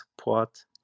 support